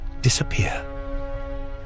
disappear